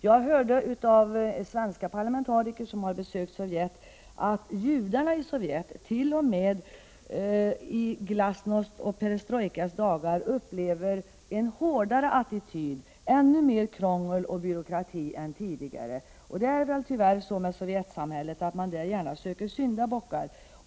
Jag hörde av svenska parlamentariker som har besökt Sovjet att judarna där t.o.m. i Glasnosts och Perestrojkas dagar upplever en hårdare attityd och ännu mer krångel och byråkrati än tidigare. Det är väl tyvärr så att man i Sovjetsamhället gärna söker syndabockar.